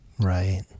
Right